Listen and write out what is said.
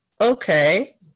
okay